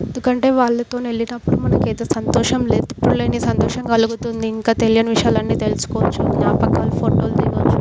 ఎందుకంటే వాళ్ళతోని వెళ్ళేటప్పుడు మనకు ఎంతో సంతోషం ఎప్పుడు లేని సంతోషం కలుగుతుంది ఇంకా తెలియని విషయాలన్నీ తెలుసుకోవచ్చు జ్ఞాపకాలు ఫోటోలు దిగవచ్చు